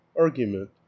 Argument